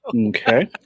Okay